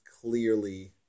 clearly